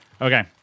Okay